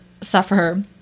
suffer